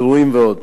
אירועים ועוד.